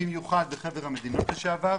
במיוחד מחבר המדינות לשעבר,